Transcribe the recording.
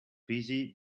busy